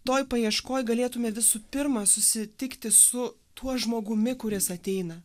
toj paieškoj galėtume visų pirma susitikti su tuo žmogumi kuris ateina